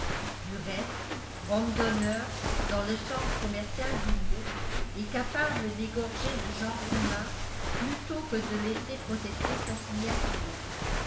du reste homme d'honneur dans le sens commercial du mot et capable d'égorger le genre humain plutôt que de laisser protester sa signature